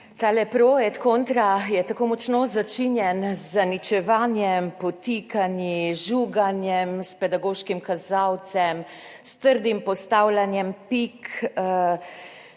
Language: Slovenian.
tale pro et contra je tako močno začinjen z zaničevanjem, podtikanji, žuganjem s pedagoškim kazalcem, s trdim postavljanjem pik,